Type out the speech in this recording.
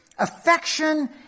affection